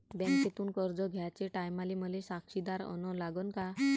बँकेतून कर्ज घ्याचे टायमाले मले साक्षीदार अन लागन का?